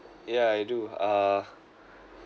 yeah you do uh